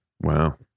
wow